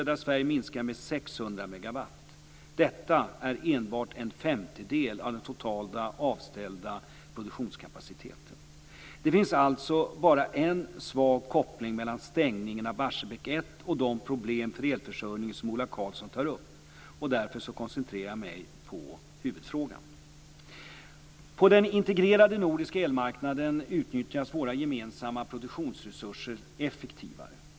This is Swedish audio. Detta är enbart en femtedel av den totala avställda produktionskapaciteten. Det finns alltså bara en svag koppling mellan stängningen av Barsebäck 1 och de problem för elförsörjningen som Ola Karlsson tar upp. Därför koncentrerar jag mig på huvudfrågan. På den integrerade nordiska elmarknaden utnyttjas våra gemensamma produktionsresurser effektivare.